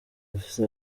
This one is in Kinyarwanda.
dufite